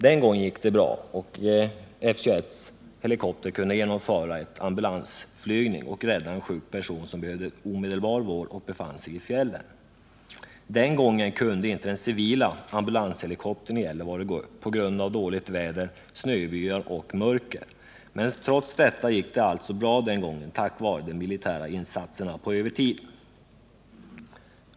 Den gången gick det bra, och F 21:s helikopter kunde genomföra en ambulansflygning och rädda en sjuk person som behövde omedelbar vård men som befann sig i fjällen. Den gången kunde inte den civila ambulanshelikoptern i Gällivare gå upp på grund av dåligt väder, snöbyar och mörker. Trots detta gick det alltså bra den gången tack vare de militära insatserna på övertid.